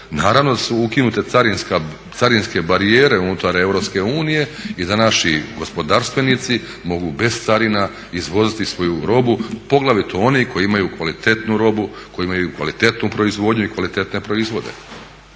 Naravno da su ukinute carinske barijere unutar EU i da naši gospodarstvenici mogu bez carina izvoziti svoju robu, poglavito oni koji imaju kvalitetnu robu, koji imaju kvalitetnu proizvodnju i kvalitetne proizvode.